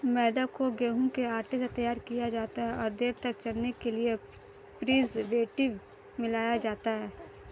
मैदा को गेंहूँ के आटे से तैयार किया जाता है और देर तक चलने के लिए प्रीजर्वेटिव मिलाया जाता है